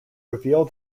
reveal